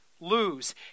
lose